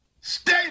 stay